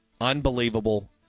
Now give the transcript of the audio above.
unbelievable